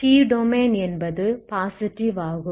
t domain என்பது positive ஆகும்